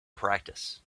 practice